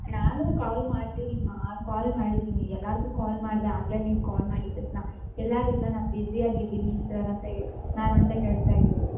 ನಾನು ಕಾಲ್ ಮಾಡ್ತೀನಿ ಮಾ ಕಾಲ್ ಮಾಡಿದ್ದೀನಿ ಎಲ್ಲಾರಿಗು ಕಾಲ್ ಮಾಡಿದೆ ಆಗಲೇ ನೀವು ಕಾಲ್ ಮಾಡಿದ ತಕ್ಷಣ ಎಲ್ಲಾರು ಇಲ್ಲ ನಾನು ಬಿಜಿ ಆಗಿದ್ದೀನಿ ಸರ್ ಅಂತ ಏ ಮ್ಯಾಮ್ ಅಂತ ಹೇಳ್ತಾ ಇದ್ದರು